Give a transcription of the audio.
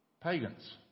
pagans